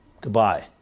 goodbye